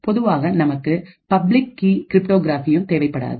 பொதுவாக நமக்கு public key cryptography தேவைப்படாது